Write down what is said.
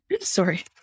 sorry